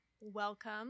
welcome